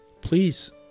Please